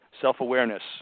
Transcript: self-awareness